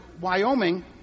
Wyoming